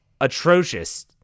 atrocious